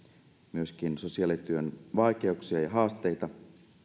myöskin monenlaisia sosiaalityön vaikeuksia ja haasteita